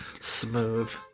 Smooth